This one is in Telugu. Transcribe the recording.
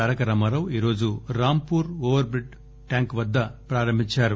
తారకరామారావు ఈరోజు రాంపూర్ ఓవర్ హెడ్ ట్యాంక్ వద్ద ప్రారంభించారు